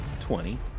twenty